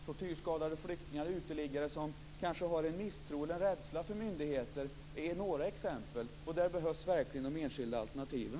Tortyrskadade flyktingar, uteliggare som kanske har en misstro till eller rädsla för myndigheter är några exempel. Där behövs verkligen de enskilda alternativen.